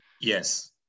Yes